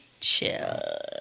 chill